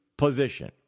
Position